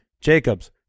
Jacobs